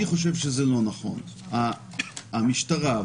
אני חייב להגיד שהמשטרה,